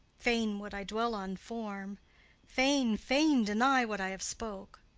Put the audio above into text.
fain would i dwell on form fain, fain deny what i have spoke